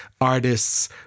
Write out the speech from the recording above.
artists